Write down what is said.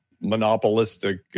monopolistic